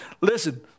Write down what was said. Listen